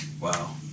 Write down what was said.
Wow